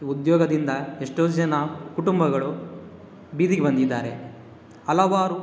ಉದ್ಯೋಗದಿಂದ ಎಷ್ಟೋ ಜನ ಕುಟುಂಬಗಳು ಬೀದಿಗೆ ಬಂದಿದ್ದಾರೆ ಹಲವಾರು